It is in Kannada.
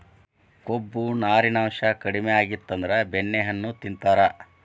ಕೊಬ್ಬು, ನಾರಿನಾಂಶಾ ಕಡಿಮಿ ಆಗಿತ್ತಂದ್ರ ಬೆಣ್ಣೆಹಣ್ಣು ತಿಂತಾರ